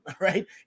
right